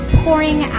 pouring